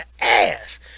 ass